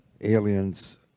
aliens